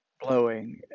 blowing